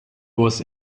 was